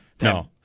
No